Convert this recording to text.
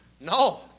No